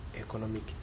economic